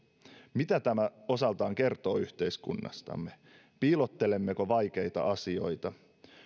mitä tämä osaltaan kertoo yhteiskunnastamme piilottelemmeko vaikeita asioita